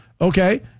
Okay